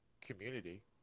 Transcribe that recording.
community